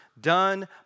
done